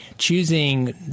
Choosing